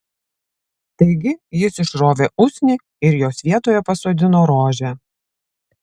taigi jis išrovė usnį ir jos vietoje pasodino rožę